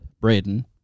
Braden